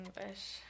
English